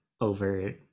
over